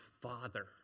Father